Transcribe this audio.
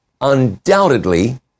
undoubtedly